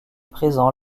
présent